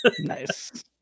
Nice